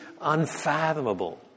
unfathomable